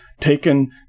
taken